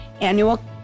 Annual